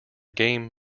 game